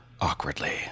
awkwardly